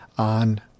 on